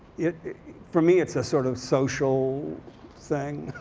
it for me it's a sort of social thing.